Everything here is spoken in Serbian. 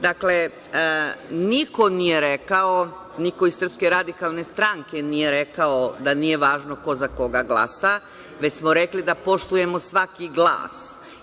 Dakle, niko nije rekao, niko iz SRS nije rekao da nije važno ko za koga glasa, već smo rekli da poštujemo svaki glas.